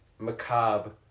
macabre